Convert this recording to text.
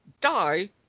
die